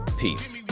Peace